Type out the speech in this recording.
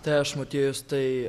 tai aš motiejus tai